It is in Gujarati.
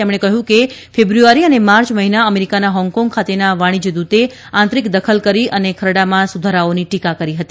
તેમણે કહ્યું કે ફેબ્રુઆરી અને માર્ચ મહિના અમેરિકાના હોંગકોંગ ખાતેના વાણીજય દૃતે આંતરિક દખલ કરી અને ખરડામાં સુધારાઓની ટીકા કરી હતી